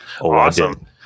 awesome